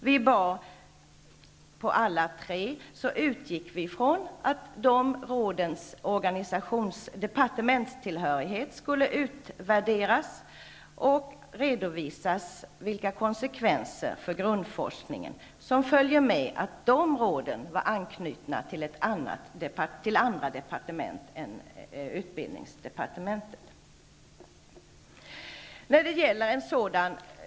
Beträffande alla tre utgick vi ifrån att rådens departementstillhörighet skulle utvärderas. Konsekvenserna för grundforskningen när råden knyts till andra departement än utbildningsdepartementet skulle redovisas.